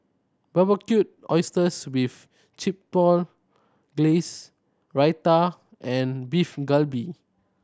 Barbecued Oysters with Chipotle Glaze Raita and Beef Galbi